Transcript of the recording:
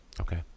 Okay